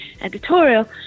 editorial